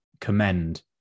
commend